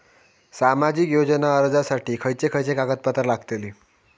सामाजिक योजना अर्जासाठी खयचे खयचे कागदपत्रा लागतली?